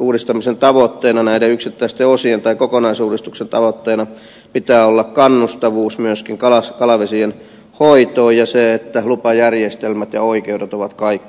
uudistamisen tavoitteena näiden yksittäisten osien tai kokonaisuudistuksen tavoitteena pitää olla kannustavuus myöskin kalavesien hoitoon ja se että lupajärjestelmät ja oikeudet ovat kaikki läpinäkyviä